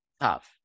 tough